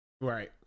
Right